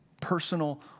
Personal